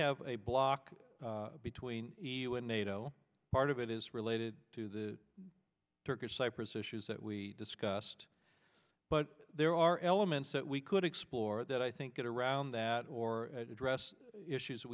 have a bloc between nato part of it is related to the turkish cyprus issues that we discussed but there are elements that we could explore that i think get around that or address issues that